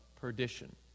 perdition